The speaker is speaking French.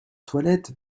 toilettes